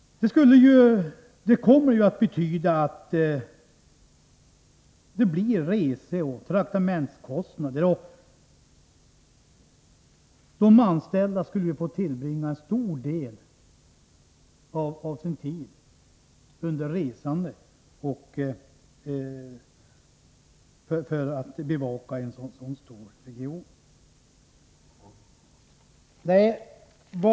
En förändring skulle medföra reseoch traktamentskostnader. De anställda skulle tvingas tillbringa många timmar på resande fot för att hinna bevaka en så stor region.